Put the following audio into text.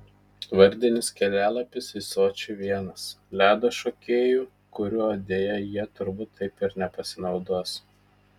vardinis kelialapis į sočį vienas ledo šokėjų kuriuo deja jie turbūt taip ir nepasinaudos